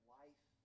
life